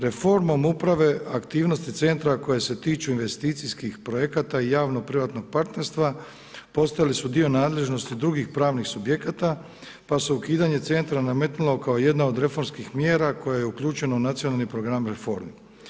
Reformom uprave aktivnosti centra koje se tiču investicijskih projekata i javno privatnog partnerstva postali su dio nadležnosti drugih pravnih subjekata pa su ukidanje centra nametnulo kao jedno od reformskih mjera koje uključeno u Nacionalni program reformi.